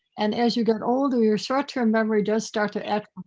and as you get older, your short-term memory does start to act.